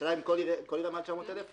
השאלה היא אם כל עירייה מעל 900 אלף?